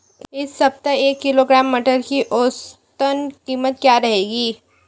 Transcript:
इस सप्ताह एक किलोग्राम मटर की औसतन कीमत क्या रहेगी?